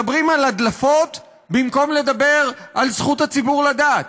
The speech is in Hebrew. מדברים על הדלפות במקום לדבר על זכות הציבור לדעת,